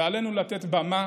עלינו לתת במה,